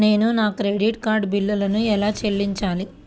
నేను నా credit card బిల్లును ఎలా చెల్లించాలీ?